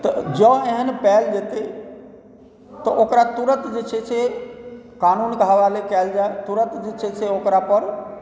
तऽ जँ एहन पायल जेतै तऽ ओकरा तुरतमे जे छै से कानूनके हवाले कयल जाए तुरत जे छै से ओकरा पर